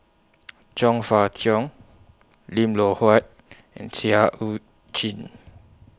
Chong Fah Cheong Lim Loh Huat and Seah EU Chin